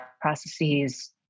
processes